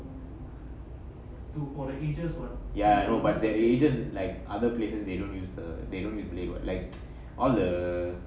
ya I know but the ages like other places they don't use the they don't use blade what like all the